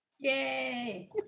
Yay